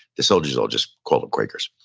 the soldiers all just called them quakers,